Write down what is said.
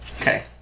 Okay